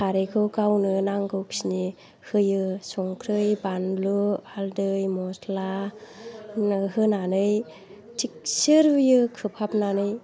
खारैखौ गावनो नांगौखिनि होयो संख्रि बानलु हाल्दै मस्ला होनानै थिगसे रुयो खोबहाबनानै